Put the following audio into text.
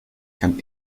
can